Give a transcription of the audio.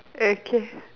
okay